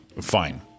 fine